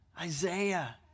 Isaiah